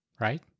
right